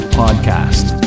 podcast